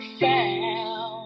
found